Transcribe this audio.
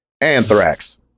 anthrax